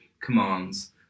commands